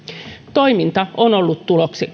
toiminta on ollut